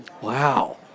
Wow